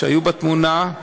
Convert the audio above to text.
שהיו בתמונה,